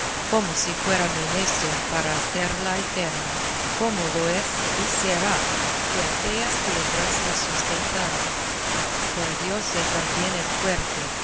como si fuera menester para hacerla eterna como lo es y será que aquellas piedras la sustentaran perdióse también el fuerte